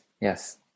yes